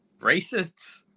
Racists